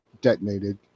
detonated